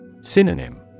Synonym